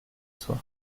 soir